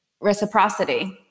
reciprocity